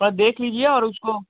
पर देख लीजिये और उसको